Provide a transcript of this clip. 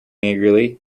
eagerly